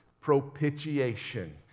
propitiation